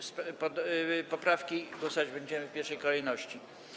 Nad poprawkami głosować będziemy w pierwszej kolejności.